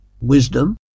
Wisdom